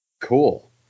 Cool